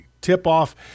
tip-off